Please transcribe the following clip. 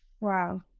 Wow